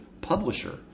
publisher